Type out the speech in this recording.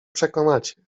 przekonacie